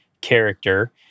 character